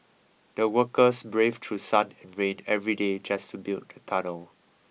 the workers braved through sun and rain every day just to build the tunnel